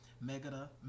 Mega